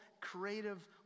creative